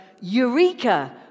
Eureka